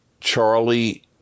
charlie